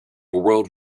world